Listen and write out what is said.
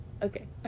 Okay